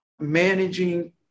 managing